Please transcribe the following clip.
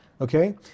okay